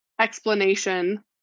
explanation